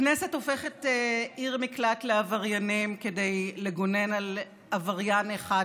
הכנסת הופכת עיר מקלט לעבריינים כדי לגונן על עבריין אחד,